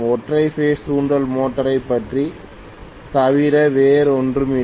ஒற்றை பேஸ் தூண்டல் மோட்டாரை பற்றித் தவிர வேறொன்றுமில்லை